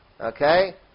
Okay